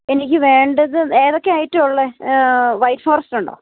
എനിക്ക് വേണ്ടത് ഏതൊക്കെ ഐറ്റമാണുള്ളത് വൈറ്റ് ഫോറെസ്റ്റ് ഉണ്ടോ